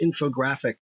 infographic